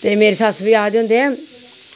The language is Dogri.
ते मेरी सस्स बी आक्खदे होंदे हे